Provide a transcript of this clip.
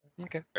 okay